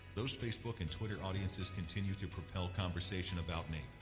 those facebook and twitter audiences continue to propel conversation about naep.